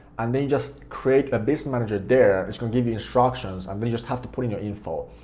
and then just create a business manager there, it's gonna give you instructions and then you just have to put in your info.